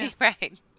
Right